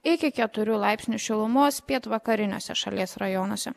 iki keturių laipsnių šilumos pietvakariniuose šalies rajonuose